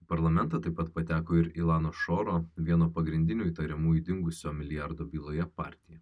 parlamentą taip pat pateko ir ilano šoro vieno pagrindinių įtariamųjų dingusio milijardo byloje partija